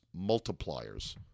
multipliers